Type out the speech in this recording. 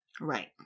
Right